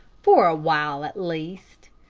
for a while at least.